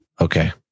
Okay